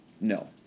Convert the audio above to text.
No